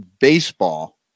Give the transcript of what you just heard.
baseball